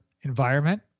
environment